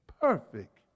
perfect